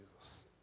Jesus